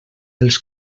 els